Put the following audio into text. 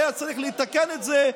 לתקן את זה,